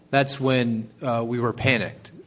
that's when we were panicked,